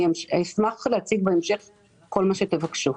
אני אשמח להציג בהמשך כל מה שתבקשו.